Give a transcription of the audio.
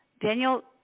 Daniel